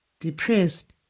depressed